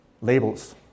Labels